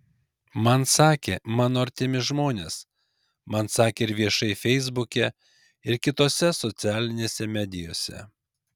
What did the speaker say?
man sakė mano artimi žmonės man sakė ir viešai feisbuke ir kitose socialinėse medijose